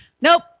Nope